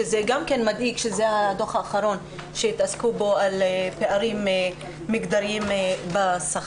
שזה גם כן מדאיג שזה הדו"ח האחרון שהתעסקו בו על פערים מגדריים בשכר,